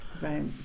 right